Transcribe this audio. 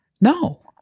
No